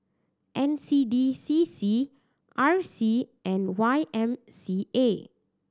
N C D C C R C and Y M C A